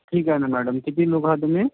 ठीक आहे ना मॅडम किती लोक आहा तुम्ही